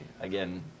again